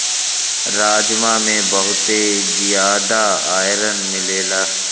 राजमा में बहुते जियादा आयरन मिलेला